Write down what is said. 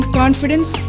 confidence